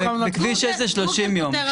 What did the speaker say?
בכביש 6 זה 30 ימים.